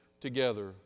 together